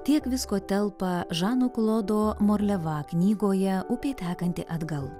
tiek visko telpa žano klodo morleva knygoje upė tekanti atgal